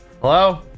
Hello